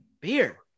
Beer